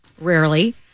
rarely